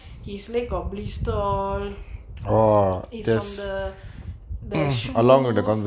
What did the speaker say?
he slicked is from the the shoe